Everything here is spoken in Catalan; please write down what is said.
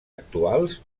actuals